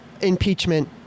impeachment